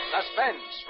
Suspense